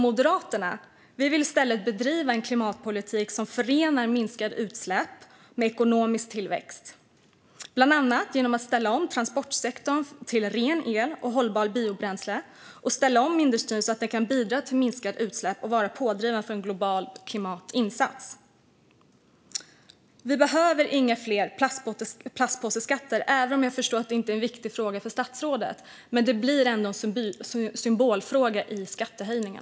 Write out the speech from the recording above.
Moderaterna vill i stället bedriva en klimatpolitik som förenar minskade utsläpp med ekonomisk tillväxt, bland annat genom att ställa om transportsektorn till ren el och hållbara biobränslen och ställa om industrin så att den kan bidra till minskade utsläpp och vara pådrivande för globala klimatinsatser. Vi behöver inga fler plastpåseskatter. Jag förstår att detta inte är en viktig fråga för statsrådet, men det är ändå en symbolfråga när det gäller skattehöjningar.